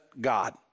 God